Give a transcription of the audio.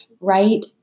right